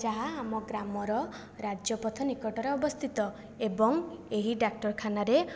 ଯାହା ଆମ ଗ୍ରାମର ରାଜ୍ୟପଥ ନିକଟରେ ଅବସ୍ଥିତ ଏବଂ ଏହି ଡାକ୍ତରଖାନା